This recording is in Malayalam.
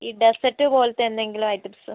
ഈ ഡെസ്സേർട്ട് പോലത്തെ എന്തെങ്കിലും ഐറ്റംസ്